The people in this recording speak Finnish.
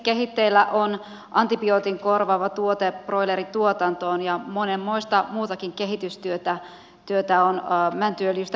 kehitteillä on esimerkiksi antibiootin korvaava tuote broilerituotantoon ja monenmoista muutakin kehitystyötä on mäntyöljystä meneillään